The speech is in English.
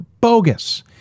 bogus